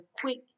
quick